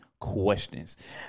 questions